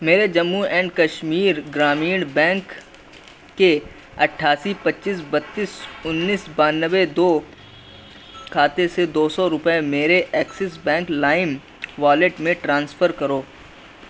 میرے جموں اینڈ کشمیر گرامیڑ بینک کے اٹھاسی پچیس بتیس انیس بانوے دو کھاتے سے دو سو روپئے میرے ایکسس بینک لائم والیٹ میں ٹرانسفر کرو